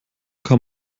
kann